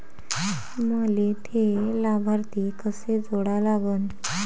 मले थे लाभार्थी कसे जोडा लागन?